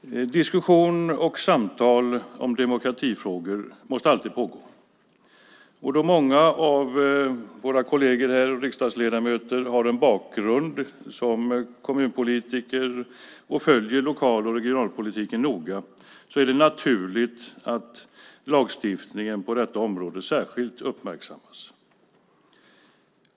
Fru talman! Diskussion och samtal om demokratifrågor måste alltid pågå. Då många av mina kolleger riksdagsledamöter har en bakgrund som kommunpolitiker och följer lokal och regionalpolitiken noga är det naturligt att lagstiftningen på detta område särskilt uppmärksammas.